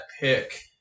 pick